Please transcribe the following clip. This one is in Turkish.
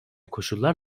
koşullar